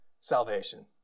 salvation